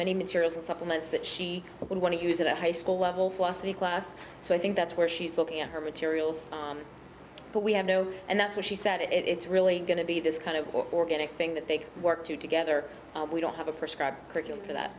many materials and supplements that she would want to use it at high school level philosophy class so i think that's where she's looking at her materials but we have no and that's what she said it's really going to be this kind of organic thing that they work to together we don't have a prescribed curriculum